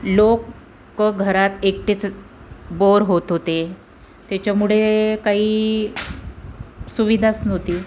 लोकं घरात एकटेच बोअर होत होते त्याच्यामुळे काही सुविधाच नव्हती